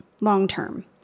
long-term